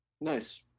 Nice